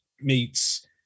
meets